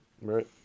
Right